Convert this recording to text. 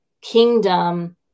kingdom